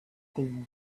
they